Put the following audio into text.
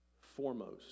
foremost